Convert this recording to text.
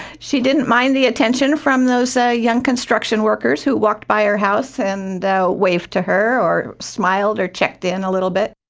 she didn't mind the attention from those ah young construction workers who walk by her house and waved to her or smiled or checked in a little bit.